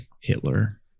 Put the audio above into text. Hitler